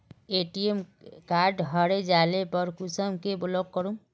ATM card हरे जाले पर कुंसम के ब्लॉक करूम?